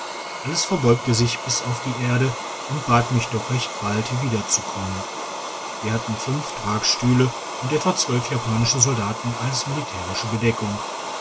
alles verbeugte sich bis auf die erde und bat mich doch recht bald wiederzukommen wir hatten fünf stühle und etwa zwölf japanische soldaten als militärische bedeckung